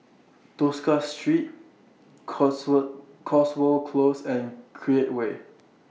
Tosca Street cots World Cotswold Close and Create Way